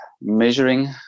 measuring